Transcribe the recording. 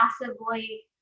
massively